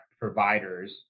providers